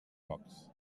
blogs